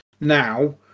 now